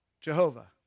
Jehovah